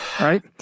right